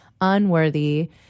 unworthy